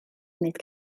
wneud